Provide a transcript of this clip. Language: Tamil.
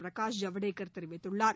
பிரகாஷ் ஜவுடேசர் தெரிவித்துள்ளார்